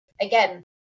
again